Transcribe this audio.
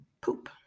poop